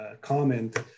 comment